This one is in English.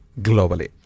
globally